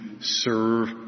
serve